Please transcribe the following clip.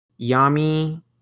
yami